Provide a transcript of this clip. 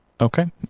Okay